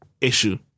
issue